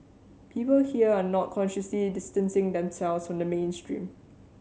people here are not consciously distancing themselves from the mainstream